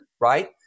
right